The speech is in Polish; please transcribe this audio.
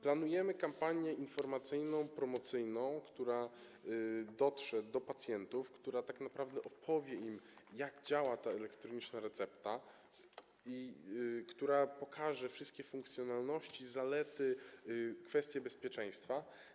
Planujemy kampanię informacyjną, promocyjną, która dotrze do pacjentów, która tak naprawdę przedstawi im, jak działa elektroniczna recepta, jak również pokaże wszystkie funkcjonalności, zalety, przedstawi kwestie bezpieczeństwa.